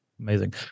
Amazing